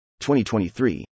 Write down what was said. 2023